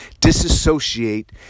disassociate